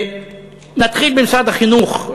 נתחיל ממשרד החינוך,